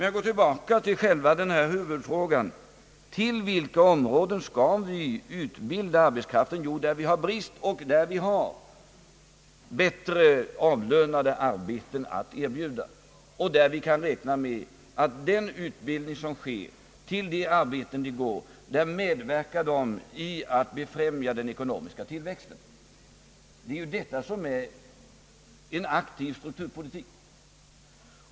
Jag går tillbaka till huvudfrågani Till vilka områden skall vi utbilda arbetskraft? Jo, till sådana områden där vi har brist på arbetskraft och där vi har bättre avlönade arbeten att erbjuda, där vi kan räkna med att den utbildade arbetskraften medverkar till att befrämja den ekonomiska tillväxten. Det är detta som är aktiv strukturpolitik.